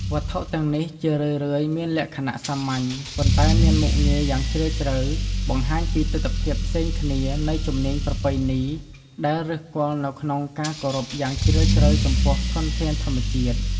វត្ថុទាំងនេះ ជារឿយៗមានលក្ខណៈសាមញ្ញ ប៉ុន្តែមានមុខងារយ៉ាងជ្រាលជ្រៅ បង្ហាញពីទិដ្ឋភាពផ្សេងគ្នានៃជំនាញប្រពៃណីដែលឫសគល់នៅក្នុងការគោរពយ៉ាងជ្រាលជ្រៅចំពោះធនធានធម្មជាតិ។